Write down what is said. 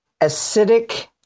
acidic